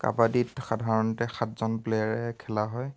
কাবাডীত সাধাৰণতে সাতজন প্লেয়াৰে খেলা হয়